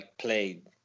played